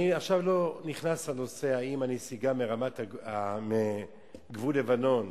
עכשיו אני לא נכנס לנושא אם הנסיגה מגבול לבנון